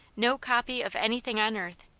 no copy of anything on earth,